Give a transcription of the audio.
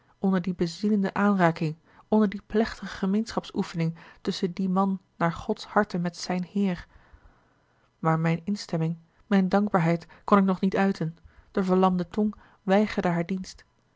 onder die bezielende aanraking onder die plechtige gemeenschapsoefening tusschen dien man naar gods harte met zijn heer maar mijne instemming mijne dankbaarheid kon ik nog niet uiten de verlamde tong weigerde haar dienst